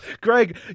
greg